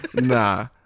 Nah